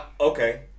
okay